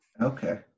Okay